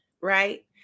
right